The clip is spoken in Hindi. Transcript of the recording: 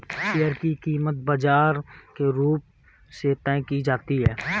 शेयर की कीमत बाजार के रुख से तय की जाती है